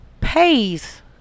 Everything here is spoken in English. Pays